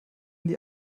dich